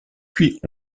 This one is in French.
cuits